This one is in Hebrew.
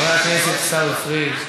חבר הכנסת עיסאווי פריג'.